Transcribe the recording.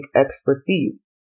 expertise